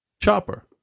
Chopper